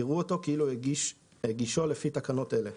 יראו אותו כאילו הגישו לפי תקנות אלה.